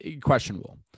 questionable